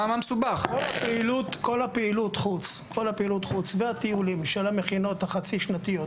כל פעילות החוץ והטיולים של המכינות החצי-שנתיות,